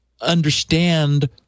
understand